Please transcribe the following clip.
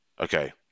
Okay